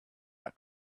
that